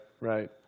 right